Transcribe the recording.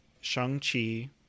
Shang-Chi